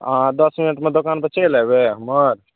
अहाँ दस मिनटमे दोकानपर चलि एबय हमर